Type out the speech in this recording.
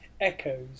echoes